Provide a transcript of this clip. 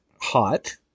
hot